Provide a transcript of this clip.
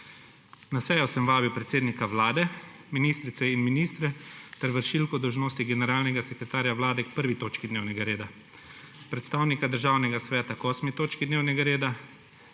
Na sejo sem vabil predsednika Vlade, ministrice in ministre ter vršilko dolžnosti, generalnega sekretarja Vlade k 1. točki dnevnega reda. Predstavnika Državnega sveta k 8. točki dnevnega reda,